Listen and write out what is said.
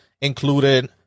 included